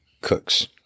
Cooks